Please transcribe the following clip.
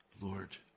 Lord